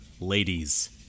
ladies